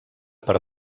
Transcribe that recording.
per